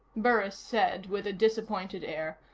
burris said with a disappointed air.